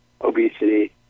obesity